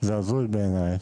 זה הזוי בעיניי